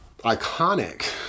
iconic